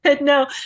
no